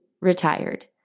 retired